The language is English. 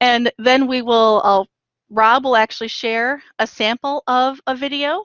and then we will, rob will actually share a sample of a video